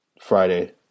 Friday